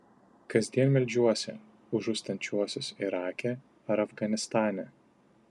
kasdien meldžiuosi už žūstančiuosius irake ar afganistane